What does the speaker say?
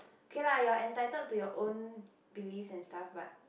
okay lah you are entitle to your own belief and stuff but